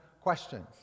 questions